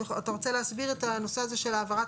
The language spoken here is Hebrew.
אתה רוצה להסביר את הנושא הזה של העברת